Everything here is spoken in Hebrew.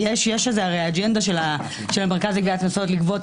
יש אג'נדה של המרכז לגביית קנסות לגבות